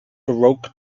baroque